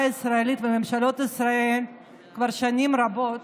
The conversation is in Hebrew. הישראלית וממשלות ישראל כבר שנים רבות,